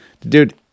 Dude